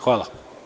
Hvala.